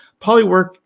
Polywork